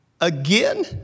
Again